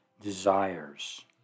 desires